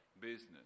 business